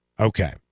Okay